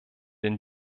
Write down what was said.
den